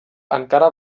encara